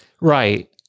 Right